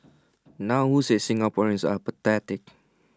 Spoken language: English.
now who said Singaporeans are apathetic